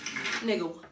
Nigga